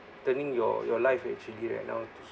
turning your your life actually right now